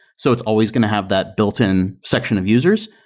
so it's always going to have that built-in section of users.